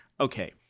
Okay